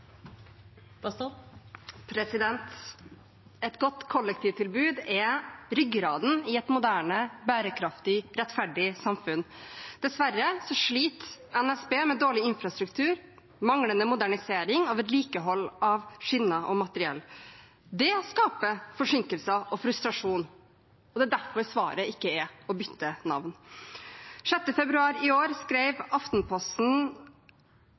ryggraden i et moderne, bærekraftig, rettferdig samfunn. Dessverre sliter NSB med dårlig infrastruktur, manglende modernisering og manglende vedlikehold av skinner og materiell. Det skaper forsinkelser og frustrasjon. Det er derfor svaret ikke er å bytte navn. Den 6. februar i år skrev Aftenposten